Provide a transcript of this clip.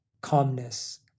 calmness